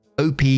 OP